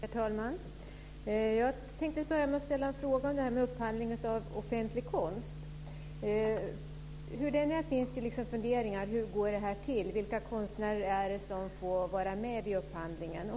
Herr talman! Jag tänkte börja med att ställa en fråga om upphandling av offentlig konst. Hur det än är finns det funderingar på hur det här går till. Vilka konstnärer får vara med vid upphandlingen?